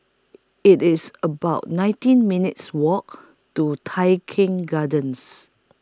IT IS about nineteen minutes' Walk to Tai Keng Gardens